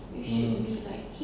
uh